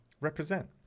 Represent